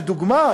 לדוגמה,